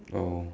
oh